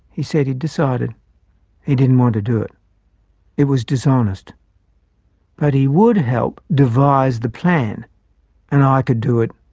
he said he'd decided he didn't want to do it it was dishonest but he would help devise the plan and i could do it,